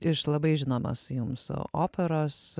iš labai žinomas jums operos